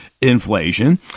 inflation